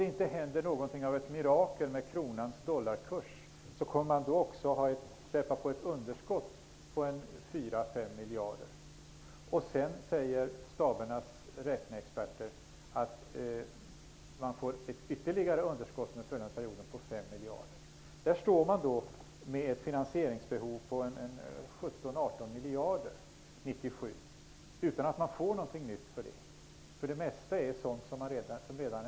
Om inte ett mirakel inträffar när det gäller kronans dollarkurs kommer man då att också släpa på ett underskott om 4--5 miljarder kronor. Vidare säger stabernas räkneexperter att det blir ytterligare ett underskott om 5 miljarder kronor under den följande perioden. 1997 står man där med ett finansieringsbehov omfattande 17--18 miljarder kronor utan att få något nytt för pengarna -- det mesta är ju redan är intecknat.